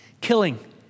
killing